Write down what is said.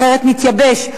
אחרת נתייבש.